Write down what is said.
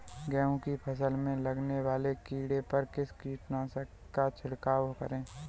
गेहूँ की फसल में लगने वाले कीड़े पर किस कीटनाशक का छिड़काव करें?